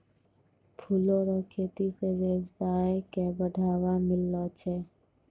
फूलो रो खेती से वेवसाय के बढ़ाबा मिलै छै